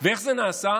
ואיך זה נעשה?